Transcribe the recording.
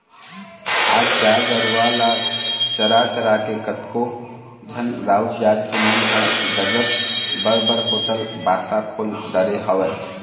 आज गाय गरुवा ल चरा चरा के कतको झन राउत जात के मन ह गजब बड़ बड़ होटल बासा खोल डरे हवय